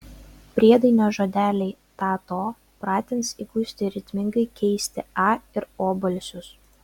priedainio žodeliai ta to pratins įgusti ritmingai keisti a ir o balsius